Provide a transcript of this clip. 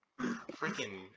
freaking